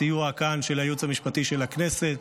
בסיוע של הייעוץ המשפטי של הכנסת,